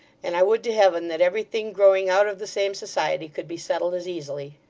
and i would to heaven that everything growing out of the same society could be settled as easily